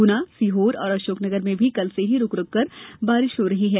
गुना सीहोर और अशोकनगर में भी कल से ही रूक रूककर बारिश हो रही है